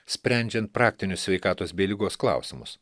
sprendžiant praktinius sveikatos bei ligos klausimus